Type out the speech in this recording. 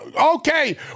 Okay